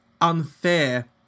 unfair